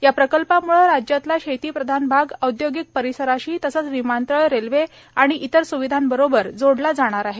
या प्रकल्पामुळे राज्यातला शेतीप्रधान भाग औद्योगिक परिसराशी तसंच विमानतळ रेल्वे आणि इतर स्विधांबरोबर जोडला जाणार आहे